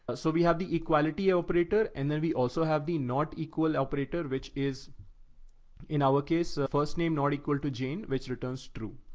so we have the equality operator and then we also have the not equal operator, which is in our case. first name, not equal to gene, which returns true.